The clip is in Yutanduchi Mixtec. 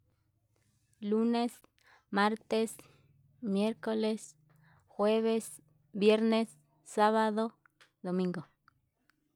Lunes, martes, miercoles, jueves, viernes, sabado, domingo.